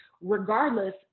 regardless